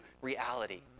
reality